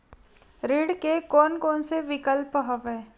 ऋण के कोन कोन से विकल्प हवय?